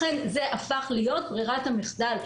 לכן זה הפך להיות ברירת המחדל.